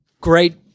great